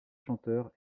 chanteurs